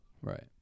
Right